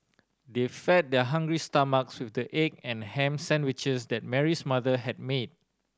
they fed their hungry stomachs with the egg and ham sandwiches that Mary's mother had made